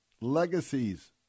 legacies